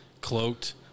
cloaked